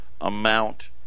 amount